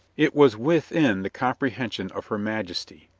it was within the comprehension of her majesty.